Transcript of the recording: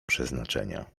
przeznaczenia